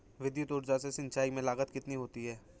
विद्युत ऊर्जा से सिंचाई में लागत कितनी होती है?